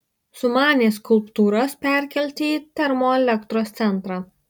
sumanė skulptūras perkelti į termoelektros centrą